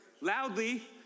loudly